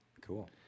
Cool